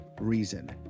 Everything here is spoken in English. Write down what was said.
reason